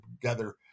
together